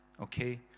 okay